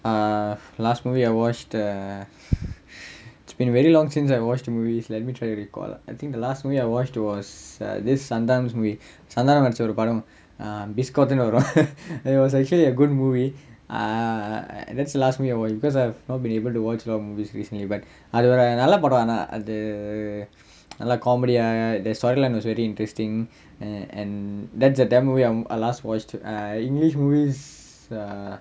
uh last movie I watched uh it's been really long since I watch the movies let me try to recall I think the last movie I watched was uh this uh santhanam's movie santhanam நடிச்ச ஒரு படம்:nadicha oru padam err biskothu னு வரும்:nu varum it was actually a good movie err that's the last movie I watch because I've not been able to watch a lot of movies recently but அது ஒரு நல்ல படம் ஆனா அது:athu oru nalla padam aanaa athu err நல்ல:nalla comedy uh the storyline was really interesting and and that's a tamil movie I last watched uh english movies ah